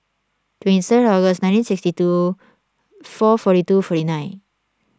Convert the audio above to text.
twenty third August nineteen sixty two four forty two forty nine